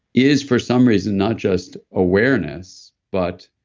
is for some reason not just awareness, but.